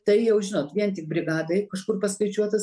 tai jau žinot vien tik brigadai kažkur paskaičiuotas